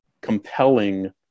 compelling